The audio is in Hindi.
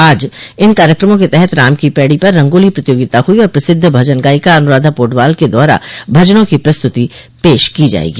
आज इन कार्यक्रमों के तहत राम की पैड़ी पर रंगोली प्रतियोगिता हुई और प्रसिद्ध भजन गायिका अनुराधा पोडवाल के द्वारा भजनों की प्रस्तुति पेश की जायेगी